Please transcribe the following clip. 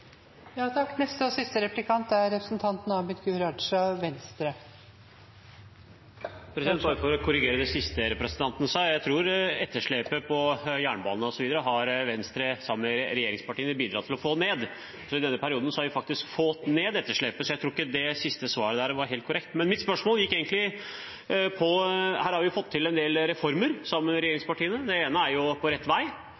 Bare for å korrigere det siste representanten sa: Jeg tror at etterslepet på jernbane har Venstre, sammen med regjeringspartiene, bidratt til å få ned. I denne perioden har vi faktisk fått ned etterslepet, så jeg tror ikke det siste svaret var helt korrekt. Men til mitt egentlige spørsmål: Vi har fått til en del reformer sammen med